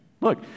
Look